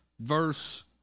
verse